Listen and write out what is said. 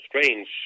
strange